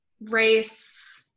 race